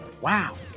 Wow